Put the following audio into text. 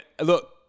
Look